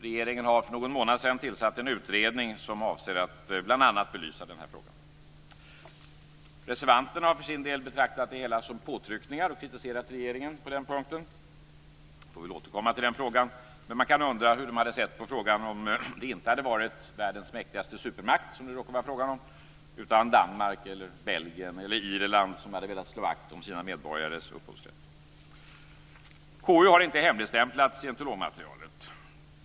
Regeringen tillsatte för någon månad sedan en utredning som avser att belysa bl.a. den frågan. Reservanterna har betraktat det hela som påtryckningar och kritiserat regeringen på den punkten. Vi får återkomma till den frågan. Man kan undra hur de hade sett på frågan om det inte hade varit världens mäktigaste supermakt utan Danmark, Belgien eller Irland som hade velat slå vakt om sina medborgares upphovsrätt. KU har inte hemligstämplat scientologmaterialet.